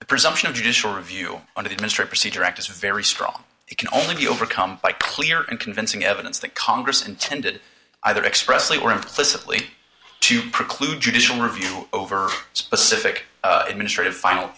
the presumption of judicial review under the ministry procedure act is very strong it can only be overcome by clear and convincing evidence that congress intended either expressly or implicitly to preclude judicial review over specific administrative final